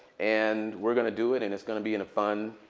and we're going to do it. and it's going to be in a fun,